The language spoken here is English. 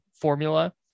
formula